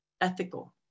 ethical